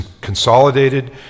consolidated